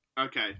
Okay